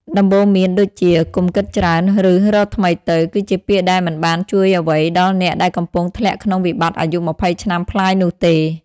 ដំបូន្មានដូចជា "កុំគិតច្រើន" ឬ "រកថ្មីទៅ" គឺជាពាក្យដែលមិនបានជួយអ្វីដល់អ្នកដែលកំពុងធ្លាក់ក្នុងវិបត្តិអាយុ២០ឆ្នាំប្លាយនោះទេ។